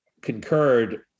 concurred